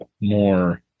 more